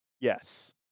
Yes